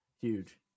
Huge